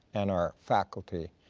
and our faculty.